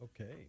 Okay